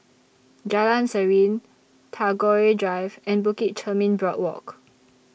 Jalan Serene Tagore Drive and Bukit Chermin Boardwalk